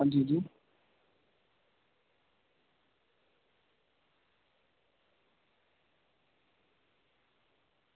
हां जी हां जी